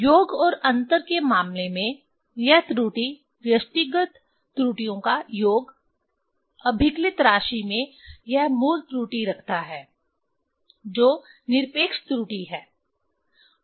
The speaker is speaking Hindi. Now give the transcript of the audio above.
योग और अंतर के मामले में यह त्रुटि व्यष्टिगत त्रुटियों का योग अभिकलित राशि में यह मूल त्रुटि रखता है जो निरपेक्ष त्रुटि है